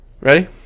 Ready